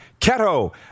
keto